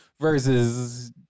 versus